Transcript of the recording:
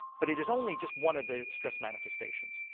but it is only just one of the stress manifestations.